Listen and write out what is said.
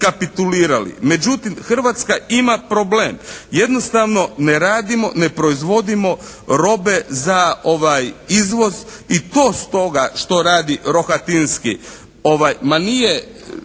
međutim Hrvatska ima problem. Jednostavno ne radimo, ne proizvodimo robe za izvoz i to stoga što radi Rohatinski.